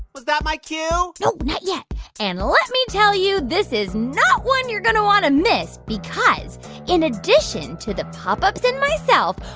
was that my cue? no, not yet and let me tell you, this is not one you're going to want to miss because in addition to the pop ups and myself,